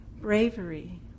bravery